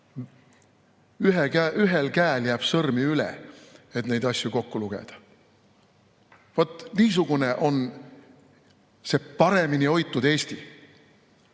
Ühel käel jääb sõrmi üle, et neid asju kokku lugeda. Vaat niisugune on see paremini hoitud Eesti.